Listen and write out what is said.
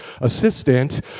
assistant